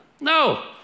No